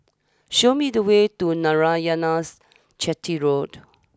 show me the way to Narayanan's Chetty Road